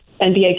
NBA